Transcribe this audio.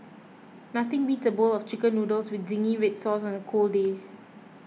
nothing beats a bowl of Chicken Noodles with Zingy Red Sauce on a cold day